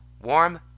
Warm